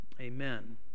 amen